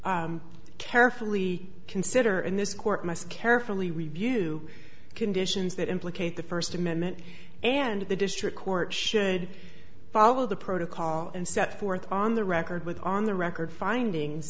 t carefully consider in this court must carefully review conditions that implicate the first amendment and the district court should follow the protocol and set forth on the record with on the record finding